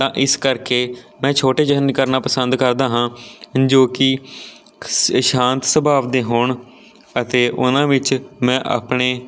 ਤਾਂ ਇਸ ਕਰਕੇ ਮੈਂ ਛੋਟੇ ਜਸ਼ਨ ਕਰਨਾ ਪਸੰਦ ਕਰਦਾ ਹਾਂ ਜੋ ਕਿ ਸ਼ਾਂਤ ਸੁਭਾਵ ਦੇ ਹੋਣ ਅਤੇ ਉਹਨਾਂ ਵਿੱਚ ਮੈਂ ਆਪਣੇ